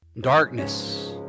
Darkness